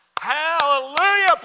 Hallelujah